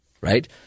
right